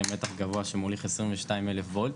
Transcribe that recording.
מתח גבוה שמוליך עשרים ושתיים אלף וולט,